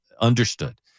understood